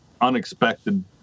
unexpected